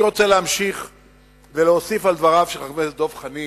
אני רוצה להמשיך ולהוסיף על דבריו של חבר הכנסת דב חנין.